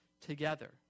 together